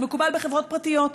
זה מקובל בחברות פרטיות,